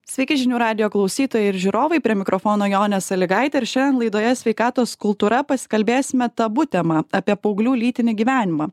sveiki žinių radijo klausytojai ir žiūrovai prie mikrofono jonė sąlygaitė ir šian laidoje sveikatos kultūra pasikalbėsime tabu tema apie paauglių lytinį gyvenimą